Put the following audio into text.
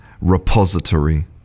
repository